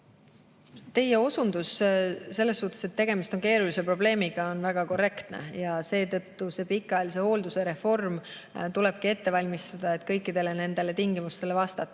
Teie osundus selle kohta, et tegemist on keerulise probleemiga, on väga korrektne. Seetõttu pikaajalise hoolduse reform tulebki ette valmistada, et kõikidele nendele tingimustele vastata.